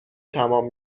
تمام